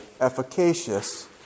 efficacious